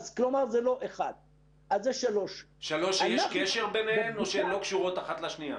שלוש שיש קשר כלשהו ביניהן או שהן לא קשורות אחת לשנייה?